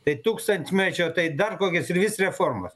tai tūkstantmečio tai dar kokias ir vis reformas